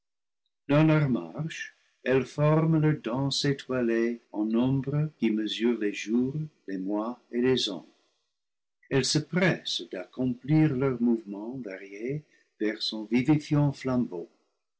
elles forment leur danse étoilee en nombres qui mesurent les jours les mois et les ans elles se pressent d'accomplir leurs mouvements variés vers son